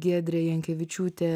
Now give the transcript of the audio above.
giedrė jankevičiūtė